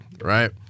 right